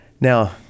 Now